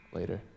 Later